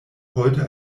heute